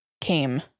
came